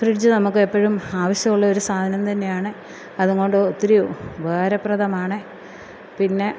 fridge നമുക്കെപ്പോഴും ആവശ്യമുള്ളൊരു സാധനം തന്നെയാണ് അതുങ്കൊണ്ട് ഒത്തിരി ഉപകാരപ്രദമാണ് പിന്നെ